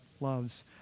Loves